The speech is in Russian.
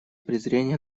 презрения